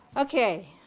okay,